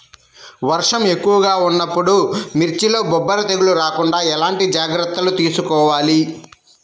వర్షం ఎక్కువగా ఉన్నప్పుడు మిర్చిలో బొబ్బర తెగులు రాకుండా ఎలాంటి జాగ్రత్తలు తీసుకోవాలి?